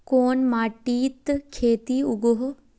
कोन माटित खेती उगोहो?